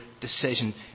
decision